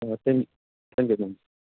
ꯑꯣ thank you thank U